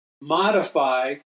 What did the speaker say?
modify